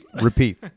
repeat